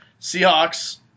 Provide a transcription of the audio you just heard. Seahawks